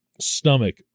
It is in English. stomach